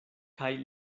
kaj